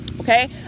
okay